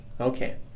Okay